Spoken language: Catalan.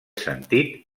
sentit